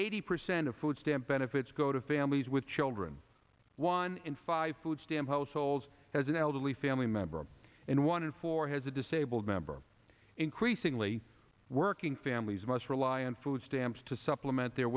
eighty percent of food stamp benefits go to families with children one in five food stamp households has an elderly family member and one in four has a disabled member increasingly working families must rely on food stamps to supplement their